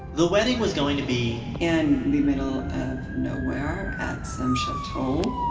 the wedding was going to be, in the middle of nowhere at some chateau.